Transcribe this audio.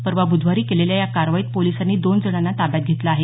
परवा बुधवारी केलेल्या या कारवाईत पोलिसांनी दोन जणांना ताब्यात घेतलं आहे